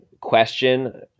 question